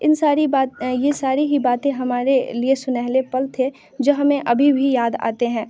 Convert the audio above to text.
इन सारी बात ये सारी ही बातें हमारे लिए सनेहरे पल थे जो हमें अभी भी याद आते हैं